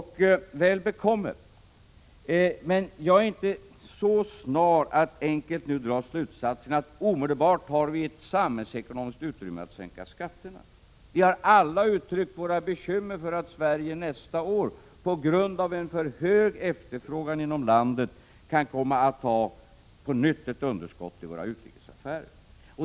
Ja, väl bekomme, men jag är inte så snar att nu enkelt dra den slutsatsen att vi omedelbart har ett samhällsekonomiskt utrymme för att sänka skatterna. Vi har alla uttryckt våra bekymmer över att Sverige nästa år på grund av en för hög efterfrågan inom landet på nytt kan komma att ha ett underskott i sina utrikesaffärer.